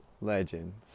legends